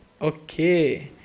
okay